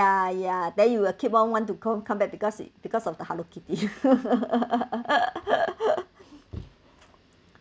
ya ya then you will keep on want to come come back because it because of the hello kitty